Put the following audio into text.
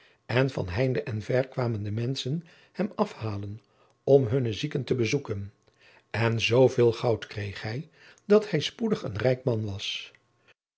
en van heinde en ver kwamen de menschen hem af halen om hunne zieken te bezoeken en zveel goud kreeg hij dat hij spoedig een rijk man was